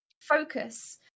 focus